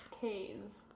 K's